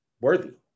worthy